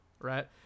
right